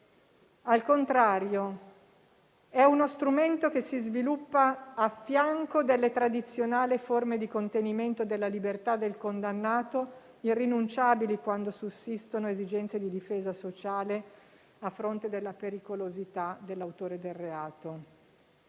al contrario, è uno strumento che si sviluppa a fianco delle tradizionali forme di contenimento della libertà del condannato, irrinunciabili quando sussistono esigenze di difesa sociale a fronte della pericolosità dell'autore del reato.